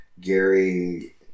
Gary